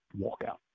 walkout